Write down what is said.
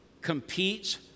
competes